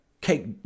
cake